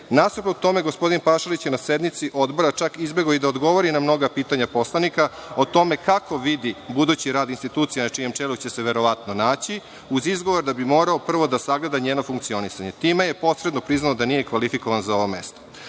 tome, gospodin Pašalić je na sednici Odbora čak izbegao da odgovori na mnoga pitanja poslanika o tome kako vidi budući rad institucije na čijem čelu će se verovatno naći, uz izgovor da bi morao prvo da sagleda njeno funkcionisanje. Time je posredno priznao da nije kvalifikovan za ovo